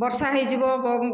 ବର୍ଷା ହୋଇଯିବ